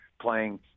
playing